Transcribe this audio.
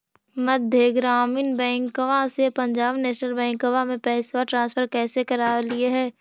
मध्य ग्रामीण बैंकवा से पंजाब नेशनल बैंकवा मे पैसवा ट्रांसफर कैसे करवैलीऐ हे?